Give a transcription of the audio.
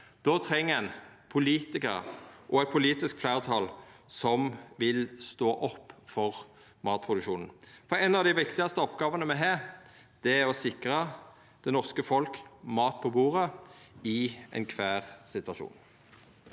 Då treng ein politikarar og eit politisk fleirtal som vil stå opp for matproduksjonen, for ei av dei viktigaste oppgåvene me har, er å sikra det norske folket mat på bordet i kvar situasjon.